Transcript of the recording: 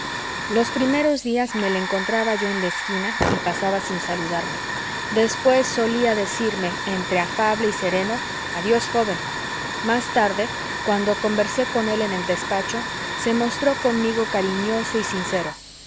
los primeros días me le encontraba yo en la esquina y pasaba sin saludarme después solía decirme entre afable y sereno adiós joven más tarde cuando conversé con él en el despacho se mostró conmigo cariñoso y sincero